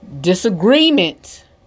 disagreement